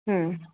हं